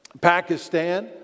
Pakistan